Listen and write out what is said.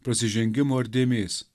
prasižengimo ar dėmės